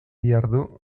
dihardu